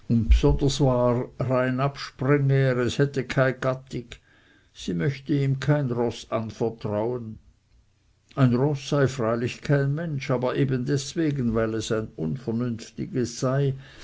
sprenge er es hätte kei gattig sie möchte ihm kein roß anvertrauen ein roß sei freilich kein mensch aber eben deswegen weil es ein unvernünftiges sei